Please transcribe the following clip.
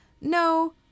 No